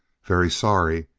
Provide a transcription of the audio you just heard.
very sorry,